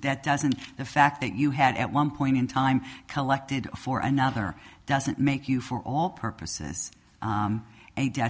that doesn't the fact that you had at one point in time collected for another doesn't make you for all purposes a debt